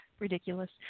ridiculous